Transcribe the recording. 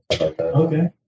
Okay